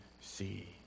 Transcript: see